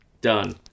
Done